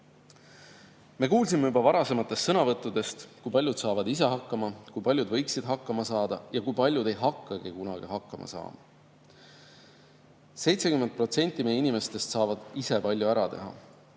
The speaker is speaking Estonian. Me kuulsime juba varasematest sõnavõttudest, kui paljud saavad ise hakkama, kui paljud võiksid hakkama saada ja kui paljud ei hakkagi kunagi hakkama saama. 70% meie inimestest saavad ise palju ära teha.